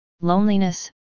loneliness